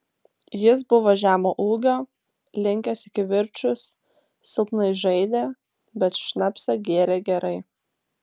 jis buvo žemo ūgio linkęs į kivirčus silpnai žaidė bet šnapsą gėrė gerai